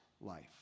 life